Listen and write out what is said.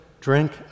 drink